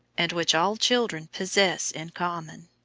and which all children possess in common.